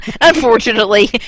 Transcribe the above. Unfortunately